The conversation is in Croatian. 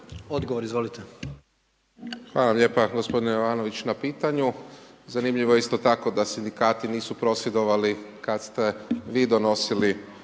Marko (HDZ)** Hvala lijepa gospodine Jovanović na pitanju. Zanimljivo je isto tako da sindikati nisu prosvjedovali kad ste vi donosili